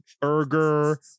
burger